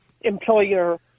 employer